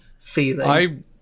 feeling